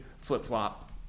flip-flop